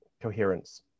coherence